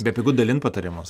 bepigu dalint patarimus